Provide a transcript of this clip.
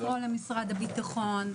לקרוא למשרד הביטחון,